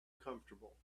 comfortable